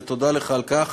ותודה לך על כך.